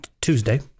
Tuesday